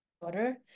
order